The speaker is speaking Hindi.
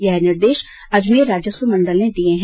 यह निर्देश अजमेर राजस्व मंडल ने दिये है